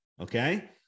okay